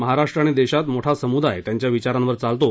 महाराष्ट्र आणि देशात मोठा समुदाय त्यांच्या विचारांवर चालतो